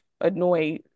annoy